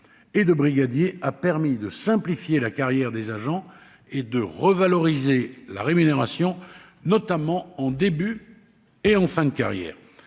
et de brigadier a permis de simplifier la carrière des agents et de revaloriser les rémunérations, notamment en début et en fin de carrière.